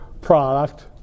product